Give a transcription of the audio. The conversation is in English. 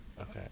Okay